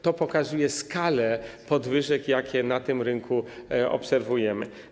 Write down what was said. To pokazuje skalę podwyżek, jakie na tym rynku obserwujemy.